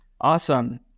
Awesome